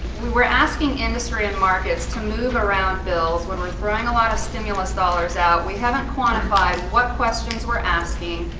we're asking industry and markets to move around bills when we're throwing a lot of stimulus dollars out. we haven't quantified what questions we're asking,